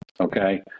Okay